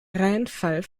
reinfall